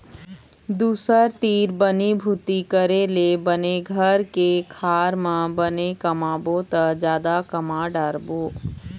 दूसर तीर बनी भूती करे ले बने घर के खार म बने कमाबो त जादा कमा डारबो